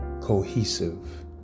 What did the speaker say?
cohesive